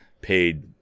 paid